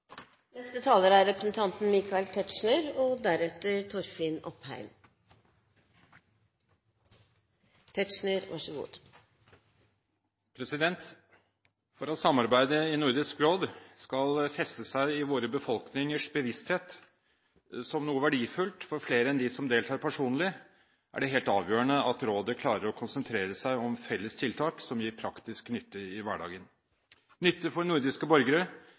For at samarbeidet i Nordisk Råd skal feste seg i våre befolkningers bevissthet som noe verdifullt for flere enn dem som deltar personlig, er det helt avgjørende at rådet klarer å konsentrere seg om felles tiltak som gir praktisk nytte i hverdagen – nytte for nordiske borgere